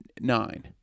nine